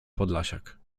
podlasiak